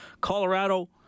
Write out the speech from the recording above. Colorado